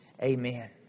Amen